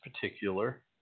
particular